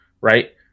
right